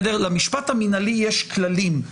למשפט המינהלי יש כללים.